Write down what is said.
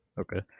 Okay